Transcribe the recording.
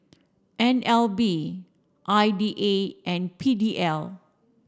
N L B I D A and P D L